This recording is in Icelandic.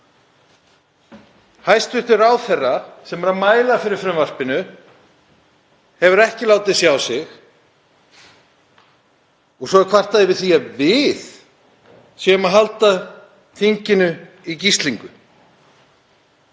Hæstv. ráðherra sem er að mæla fyrir frumvarpinu hefur ekki látið sjá sig og svo er kvartað yfir því að við séum að halda þinginu í gíslingu.